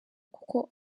kuko